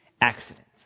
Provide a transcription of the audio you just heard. accident